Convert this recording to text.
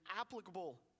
applicable